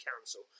Council